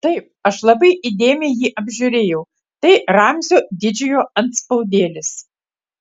taip aš labai įdėmiai jį apžiūrėjau tai ramzio didžiojo antspaudėlis